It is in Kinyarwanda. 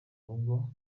rugo